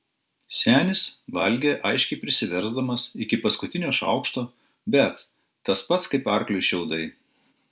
senis valgė aiškiai prisiversdamas iki paskutinio šaukšto bet tas pats kaip arkliui šiaudai